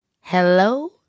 Hello